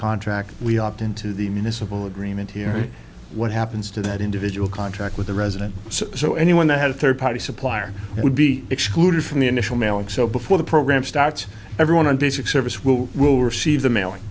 contract we opt into the municipal agreement here what happens to that individual contract with the resident so anyone that had a third party supplier would be from the initial mailing so before the program starts everyone on basic service will will receive the mail